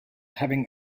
having